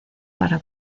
para